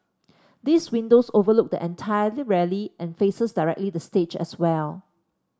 these windows overlook the entirely rally and faces directly the stage as well